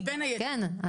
כן.